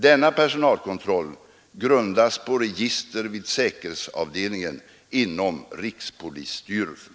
Denna personalkontroll grundas på register vid säkerhetsavdelningen inom rikspolisstyrelsen.